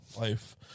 life